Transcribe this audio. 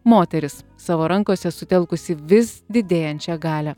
moteris savo rankose sutelkusi vis didėjančią galią